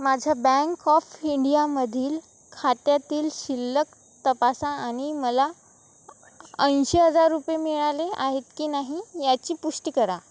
माझ्या bank of इंडियामधील खात्यातील शिल्लक तपासा आणि मला ऐंशी हजार रुपये मिळाले आहेत की नाही याची पुष्टी करा